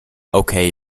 okay